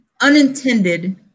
unintended